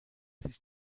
sich